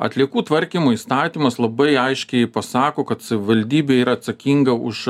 atliekų tvarkymo įstatymas labai aiškiai pasako kad savivaldybė yra atsakinga už